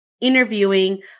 interviewing